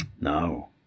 Now